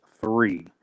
three